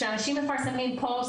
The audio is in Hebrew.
שאנשים מפרסמים פוסט,